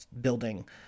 building